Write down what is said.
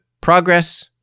progress